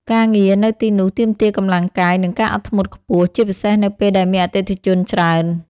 ការងារនៅទីនោះទាមទារកម្លាំងកាយ និងការអត់ធ្មត់ខ្ពស់ ជាពិសេសនៅពេលដែលមានអតិថិជនច្រើន។